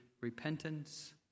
repentance